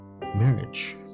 marriage